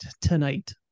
tonight